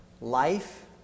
Life